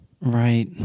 Right